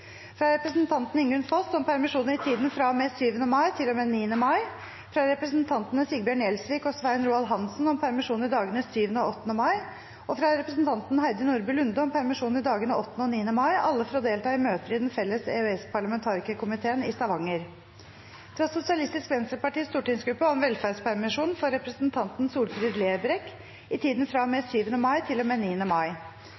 fra representanten Ingunn Foss om permisjon i tiden fra og med 7. mai til og med 9. mai, fra representantene Sigbjørn Gjelsvik og Svein Roald Hansen om permisjon i dagene 7. og 8. mai, og fra representanten Heidi Nordby Lunde om permisjon i dagene 8. og 9. mai, alle for å delta i møter i Den felles EØS-parlamentarikerkomiteen i Stavanger fra Sosialistisk Venstrepartis stortingsgruppe om velferdspermisjon for representanten Solfrid Lerbrekk i tiden fra og